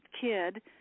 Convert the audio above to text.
kid